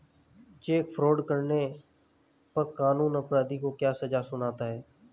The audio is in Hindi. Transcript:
चेक फ्रॉड करने पर कानून अपराधी को क्या सजा सुनाता है?